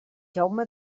jaume